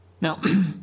Now